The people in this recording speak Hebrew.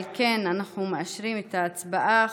על כן, אנחנו מאשרים את ההצעה.